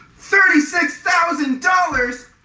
thirty six thousand dollars!